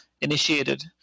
initiated